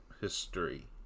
history